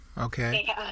Okay